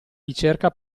ricerca